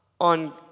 on